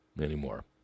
anymore